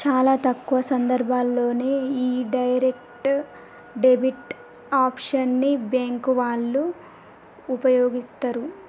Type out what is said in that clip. చాలా తక్కువ సందర్భాల్లోనే యీ డైరెక్ట్ డెబిట్ ఆప్షన్ ని బ్యేంకు వాళ్ళు వుపయోగిత్తరు